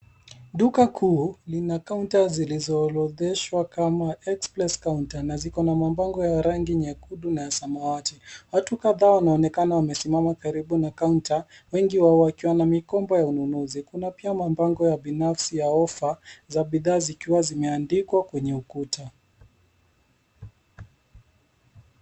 Duka kuu lina kaunta zilizoorodheshwa kama express kaunta na ziko na mabango ya rangi nyekundu na ya samawati ,watu kadhaa wanaonekana wamesimama karibu na kaunta wengi wao wakiwa na mikopo ya ununuzi kuna pia mabango ya binafsi ya offer za bidhaa zikiwa zimeandikwa kwenye ukuta.